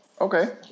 Okay